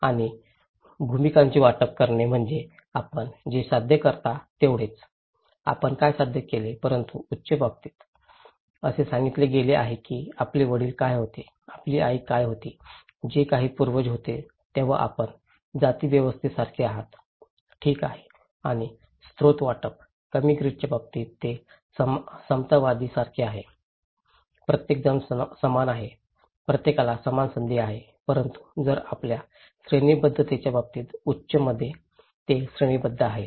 आणि भूमिकांचे वाटप करणे म्हणजे आपण जे साध्य करता तेवढेच आपण काय साध्य केले परंतु उच्च बाबतीत असे सांगितले गेले आहे की आपले वडील काय होते आपली आई काय होती जे काही पूर्वज होते तेव्हां आपण जातीव्यवस्थेसारखे आहात ठीक आहे आणि स्त्रोत वाटप कमी ग्रीडच्या बाबतीत ते समतावादी सारखे आहे प्रत्येकजण समान आहे प्रत्येकाला समान संधी आहे परंतु जर आपल्या श्रेणीबद्धतेच्या बाबतीत उच्च मध्ये ते श्रेणीबद्ध आहे